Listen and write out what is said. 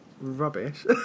rubbish